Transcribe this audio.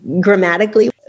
grammatically